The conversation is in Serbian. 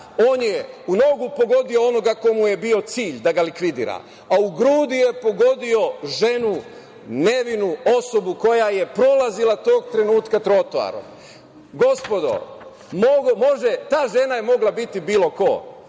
dana, u nogu pogodio onoga ko mu je bio cilj da ga likvidira, a u grudi je pogodio ženu, nevinu osobu, koja je prolazila tog trenutka trotoarom. Gospodo, ta žena je mogla biti ko.